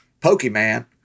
Pokemon